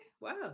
wow